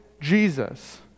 Jesus